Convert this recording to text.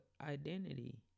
identity